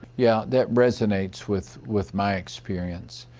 yeah that resonates with with my experience.